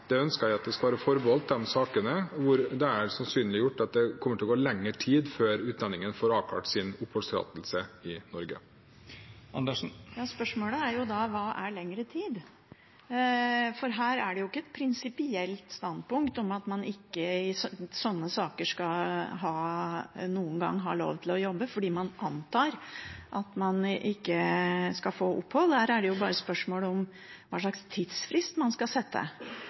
Det ønsker jeg skal være forbeholdt de sakene hvor det er sannsynliggjort at det kommer til å gå lengre tid før utlendingen får avklart sin oppholdstillatelse i Norge. Spørsmålet er jo da: Hva er lengre tid? For her er det jo ikke et prinsipielt standpunkt om at man i sånne saker ikke noen gang skal ha lov til å jobbe fordi man antar at man ikke skal få opphold. Her er det bare spørsmål om hva slags tidsfrist man skal sette.